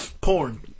porn